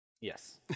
Yes